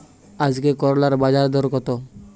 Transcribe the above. আজকে করলার বাজারদর কত?